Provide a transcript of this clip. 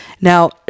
Now